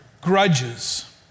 Grudges